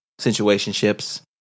situationships